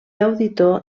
auditor